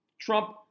Trump